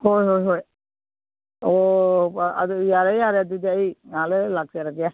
ꯍꯣꯏ ꯍꯣꯏ ꯍꯣꯏ ꯑꯣ ꯑꯗꯨꯗꯤ ꯌꯥꯔꯦ ꯌꯥꯔꯦ ꯑꯗꯨꯗꯤ ꯑꯩ ꯉꯍꯥꯛ ꯂꯩꯔ ꯂꯥꯛꯆꯔꯒꯦ